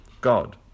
God